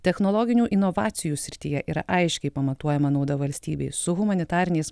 technologinių inovacijų srityje yra aiškiai pamatuojama nauda valstybei su humanitariniais